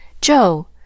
Joe